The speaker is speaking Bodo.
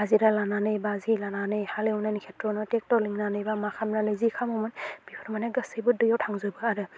हाजिरा लानानै बा जे लानानै हालेवनायनि खेथ्र'वावनो ट्रेक्ट' लानानै बा मा खामनानै जि खामोमोन बिफोर मानि गासैबो दैयाव थांजोबो आरो